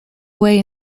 away